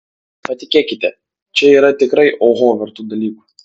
patikėkite čia yra tikrai oho vertų dalykų